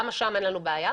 למה שם אין לנו בעיה?